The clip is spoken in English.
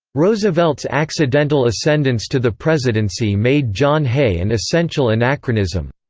roosevelt's accidental ascendance to the presidency made john hay an essential anachronism.